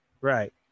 Right